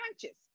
conscious